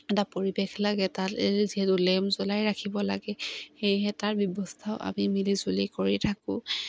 এটা পৰিৱেশ লাগে তাত যিহেতু লেম্প জ্বলাই ৰাখিব লাগে সেয়েহে তাৰ ব্যৱস্থাও আমি মিলিজুলি কৰি থাকোঁ